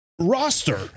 roster